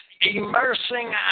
immersing